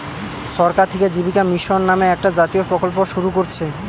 সরকার থিকে জীবিকা মিশন নামে একটা জাতীয় প্রকল্প শুরু কোরছে